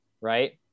right